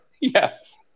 Yes